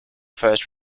first